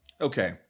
Okay